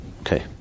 Okay